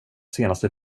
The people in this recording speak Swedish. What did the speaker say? senaste